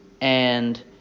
And